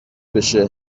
بشه